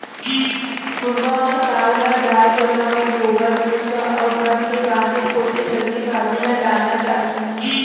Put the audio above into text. घुरूवा म साल भर गाय गरूवा के गोबर, भूसा अउ घर के बांचे खोंचे सब्जी भाजी ल डारना चाही